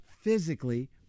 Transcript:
physically